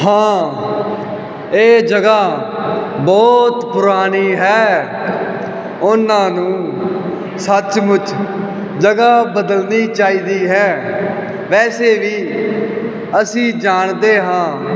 ਹਾਂ ਇਹ ਜਗ੍ਹਾ ਬਹੁਤ ਪੁਰਾਣੀ ਹੈ ਉਨ੍ਹਾਂ ਨੂੰ ਸੱਚਮੁੱਚ ਜਗ੍ਹਾ ਬਦਲਣੀ ਚਾਹੀਦੀ ਹੈ ਵੈਸੇ ਵੀ ਅਸੀਂ ਜਾਣਦੇ ਹਾਂ